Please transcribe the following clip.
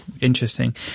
Interesting